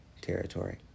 territory